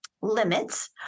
limits